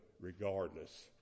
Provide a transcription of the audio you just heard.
regardless